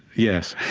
yes.